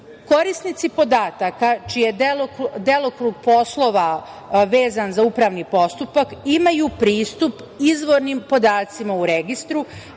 podataka čiji je delokrug poslova vezan za upravni postupak imaju pristup izvornim podacima u registru,